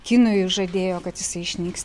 kinui žadėjo kad jisai išnyks